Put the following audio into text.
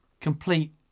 complete